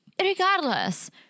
Regardless